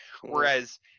Whereas